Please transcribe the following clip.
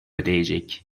ödeyecek